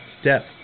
step